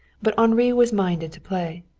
but henri was minded to play.